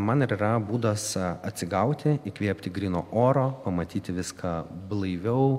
man ir yra būdas atsigauti įkvėpti gryno oro pamatyti viską blaiviau